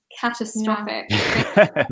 catastrophic